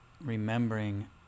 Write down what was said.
remembering